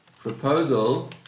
proposal